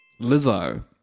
Lizzo